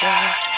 God